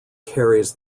carries